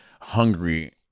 hungry